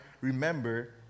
remember